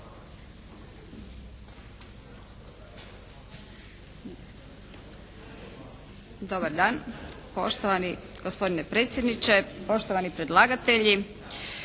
Dobar dan. Poštovani gospodine predsjedniče, poštovani predlagatelji.